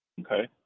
Okay